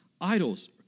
idols